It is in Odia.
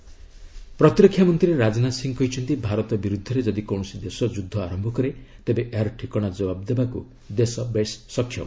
ରାଜନାଥ ସିଂହ ପ୍ରତିରକ୍ଷା ମନ୍ତ୍ରୀ ରାଜନାଥ ସିଂହ କହିଛନ୍ତି ଭାରତ ବିରୁଦ୍ଧରେ ଯଦି କୌଣସି ଦେଶ ଯୁଦ୍ଧ ଆରମ୍ଭ କରେ ତେବେ ଏହାର ଠିକଣା ଜବାବ୍ ଦେବାକୁ ଦେଶ ବେଶ୍ ସକ୍ଷମ